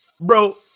Bro